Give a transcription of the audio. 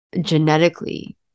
genetically